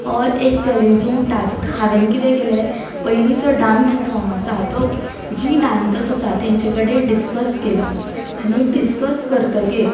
हो एक challenging task हांवें किदें केले पयली जो डांस फॉर्म आसा तो जी डांसर्स आसा तेंचे कडेन डिस्कस केलो आनी डिसकस करतकच